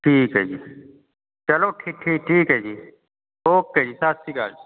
ਠੀਕ ਹੈ ਜੀ ਚਲੋ ਠੀ ਠੀਕ ਠੀਕ ਐ ਜੀ ਓਕੇ ਜੀ ਸਤਿ ਸ਼੍ਰੀ ਅਕਾਲ